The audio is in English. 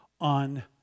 on